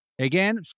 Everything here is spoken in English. again